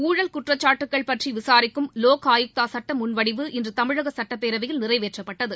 ஊழல் குற்றக்காட்டுகள் பற்றி விசாரிக்கும் லோக் ஆயுக்தா சட்ட முன்வடிவு இன்று தமிழக சட்டப்பேரவையில்நிறைவேற்றப்பட்டது